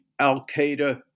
al-Qaeda